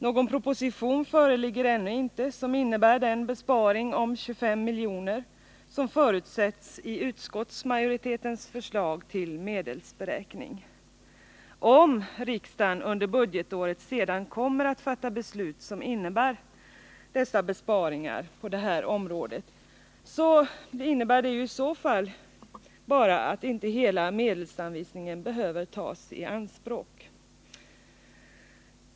Någon proposition föreligger ännu inte som innebär den besparing om 25 miljoner som förutsätts i utskottsmajoritetens förslag till medelsberäkning. Om riksdagen under budgetåret sedan kommer att fatta beslut som innebär besparingar på detta område, innebär det bara att inte hela medelsanvisningen behöver tas i anspråk.